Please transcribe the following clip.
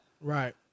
Right